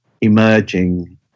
emerging